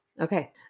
Okay